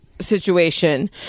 situation